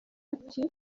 ati